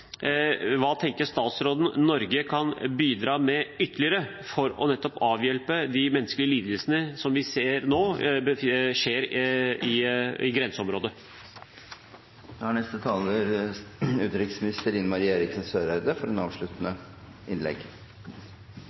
Hva tenker statsråden Norge kan bidra med ytterligere for å avhjelpe de menneskelige lidelsene vi nå ser i grenseområdet? Jeg vil benytte anledningen til å takke for en god debatt. Jeg opplever en